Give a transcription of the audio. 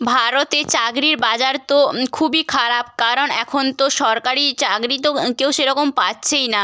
ভারতে চাকরির বাজার তো খুবই খারাপ কারণ এখন তো সরকারি চাকরি তো কেউ সেরকম পাচ্ছেই না